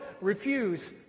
refuse